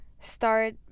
start